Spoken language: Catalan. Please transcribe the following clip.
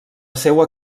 seua